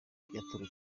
yaturutse